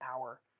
hour